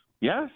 Yes